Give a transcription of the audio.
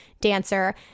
dancer